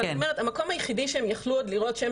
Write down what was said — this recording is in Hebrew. אבל אני אומרת המקום היחידי שהם יכלו לראות שם